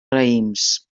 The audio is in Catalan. raïms